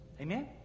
Amen